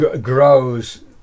grows